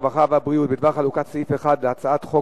הרווחה והבריאות בדבר חלוקת סעיף 1 להצעת חוק